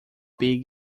big